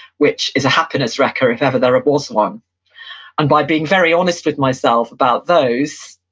which is a happiness wrecker if ever there was one and by being very honest with myself about those,